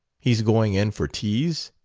he's going in for teas?